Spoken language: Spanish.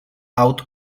out